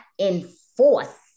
enforce